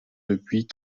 depuis